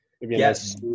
Yes